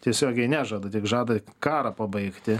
tiesiogiai nežada tik žada karą pabaigti